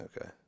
okay